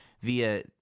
via